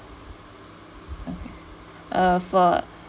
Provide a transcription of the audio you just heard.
okay uh for